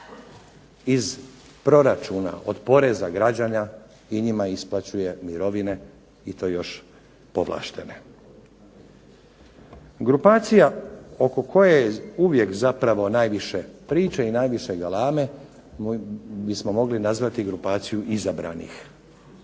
iz proračuna iz poreza građana i njima isplaćuje mirovine i to još povlaštene. Grupacija oko koje je uvijek zapravo najviše priče i najviše galame bismo mogli nazvati grupaciju izabranih.